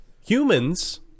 Humans